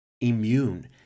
immune